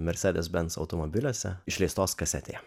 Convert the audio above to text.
mercedes benz automobiliuose išleistos kasetėje